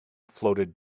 floated